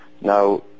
now